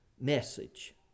message